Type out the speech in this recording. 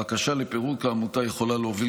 הבקשה לפירוק העמותה יכולה להוביל,